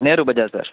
Nehru Bazar sir